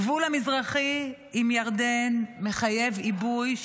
הגבול המזרחי עם ירדן מחייב עיבוי,